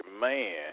man